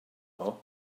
nhw